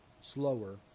slower